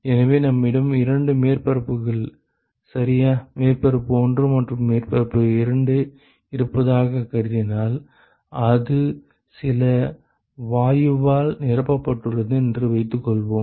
எனவே நம்மிடம் இரண்டு மேற்பரப்புகள் சரியா மேற்பரப்பு 1 மற்றும் மேற்பரப்பு 2 இருப்பதாகக் கருதினால் அது சில வாயுவால் நிரப்பப்பட்டுள்ளது என்று வைத்துக்கொள்வோம்